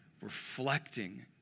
reflecting